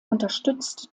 unterstützt